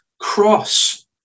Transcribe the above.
cross